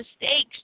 mistakes